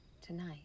tonight